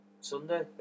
Sunday